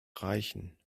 reichen